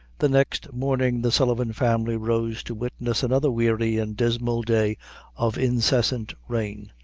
the next morning the sullivan family rose to witness another weary and dismal day of incessant rain,